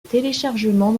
téléchargement